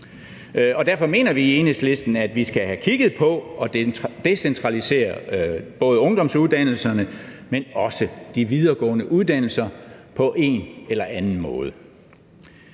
Derfor mener vi i Enhedslisten, at vi skal have kigget på en decentralisering af både ungdomsuddannelserne og de videregående uddannelser på en eller anden måde.